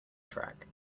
track